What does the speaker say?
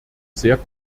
sehr